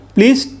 Please